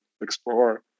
explore